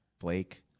Blake